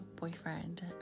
boyfriend